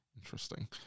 Interesting